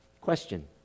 Question